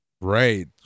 right